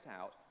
out